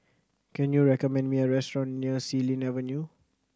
can you recommend me a restaurant near Xilin Avenue